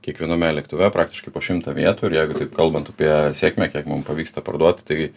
kiekviename lėktuve praktiškai po šimtą vietų ir jeigu taip kalbant apie sėkmę kiek mum pavyksta parduoti tai